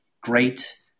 great